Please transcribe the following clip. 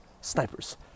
Snipers